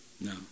No